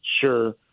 Sure